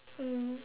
mm